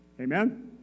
Amen